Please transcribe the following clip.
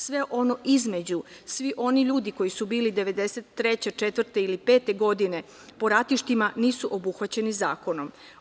Sve ono između, svi oni ljudi koji su bili 1993, 1994. ili 1995. godine po ratištima nisu obuhvaćeni zakonom.